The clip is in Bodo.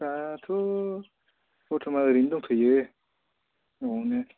दाथ' बरथमान ओरैनो दंथ'यो न'आवनो